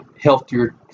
healthier